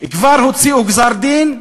כבר הוציאו גזר-דין,